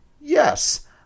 yes